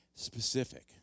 Specific